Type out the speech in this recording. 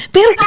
Pero